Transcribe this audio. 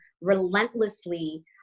relentlessly